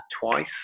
twice